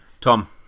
Tom